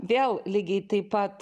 vėl lygiai taip pat